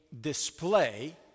display